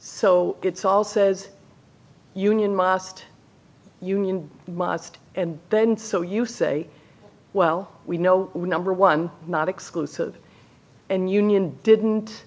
so it's also union must union must and then so you say well we know we're number one not exclusive and union didn't